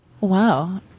Wow